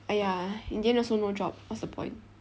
!aiya! in the end also no job what's the point